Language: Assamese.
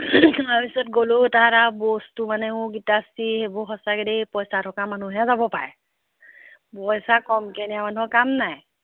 তাৰ পিছত গ'লোঁ তাত আৰু বস্তু মানে অ' গীতাশ্ৰী সেইবোৰ সঁচাকৈ দেই পইছা থকা মানুহহে যাব পাৰে পইছা কমকৈ নিয়া মানুহৰ কাম নাই